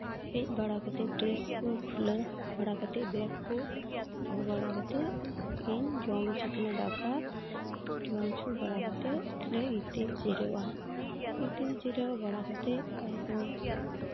ᱦᱮᱡ ᱵᱟᱲᱟ ᱠᱟᱛᱮᱫ ᱰᱨᱮᱥ ᱠᱚ ᱠᱷᱩᱞᱟᱹᱣ ᱵᱟᱲᱟ ᱠᱟᱛᱮᱫ ᱵᱮᱜᱽ ᱠᱚ ᱫᱚᱦᱚ ᱵᱟᱲᱟ ᱠᱟᱛᱮᱫ ᱤᱧ ᱡᱚᱢ ᱦᱚᱪᱚ ᱠᱤᱱᱟ ᱫᱟᱠᱟ ᱡᱚᱢ ᱦᱚᱪᱚ ᱵᱟᱲᱟ ᱠᱟᱛᱮᱫ ᱞᱮ ᱜᱤᱛᱤᱡ ᱡᱤᱨᱟᱹᱜᱼᱟ ᱜᱤᱛᱤᱡ ᱡᱤᱨᱟᱹᱣ ᱵᱟᱲᱟ ᱠᱟᱛᱮᱫ ᱛᱟᱨᱯᱚᱨ